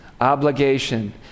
Obligation